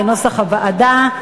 כנוסח הוועדה.